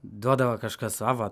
duodavo kažkas sava